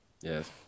Yes